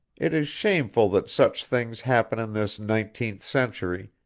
it is shameful that such things happen in this nineteenth century,